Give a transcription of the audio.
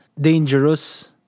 dangerous